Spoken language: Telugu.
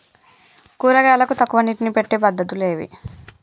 కూరగాయలకు తక్కువ నీటిని పెట్టే పద్దతులు ఏవి?